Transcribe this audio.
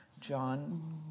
John